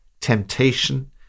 temptation